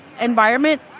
environment